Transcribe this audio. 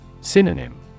Synonym